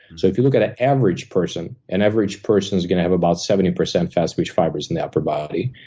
so if you look at an average person, an average person's gonna have about seventy percent fast switch fibers in the upper body.